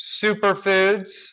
superfoods